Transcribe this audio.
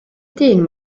dyn